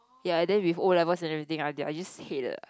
ya and then with o-levels and everything I the I just hate the